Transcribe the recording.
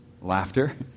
laughter